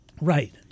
Right